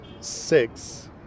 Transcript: six